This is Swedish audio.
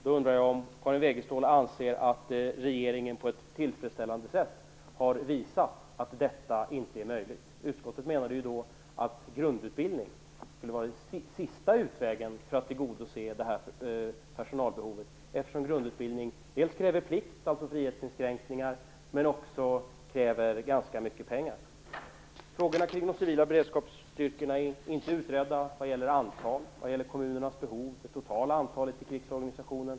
Jag undrar om Karin Wegestål anser att regeringen på ett tillfredsställande sätt har visat att detta inte är möjligt. Utskottet menade ju då att grundutbildning skulle vara den sista utvägen för att tillgodose detta personalbehov, eftersom grundutbildning kräver plikt, alltså frihetsinskränkningar, men också kräver ganska mycket pengar. Frågorna kring de civila beredskapsstyrkorna är inte utredda vad gäller det totala antalet, kommunernas behov, i krigsorganisationen.